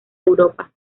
europa